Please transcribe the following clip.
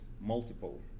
multiple